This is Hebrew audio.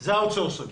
זה אאוטסורסינג.